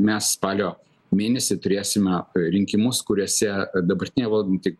mes spalio mėnesį turėsime rinkimus kuriuose dabartinė valdanti